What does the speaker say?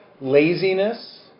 laziness